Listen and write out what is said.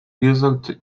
result